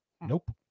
nope